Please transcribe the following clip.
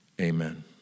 Amen